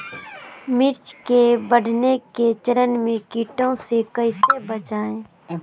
मिर्च के बढ़ने के चरण में कीटों से कैसे बचये?